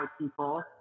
people